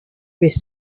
risk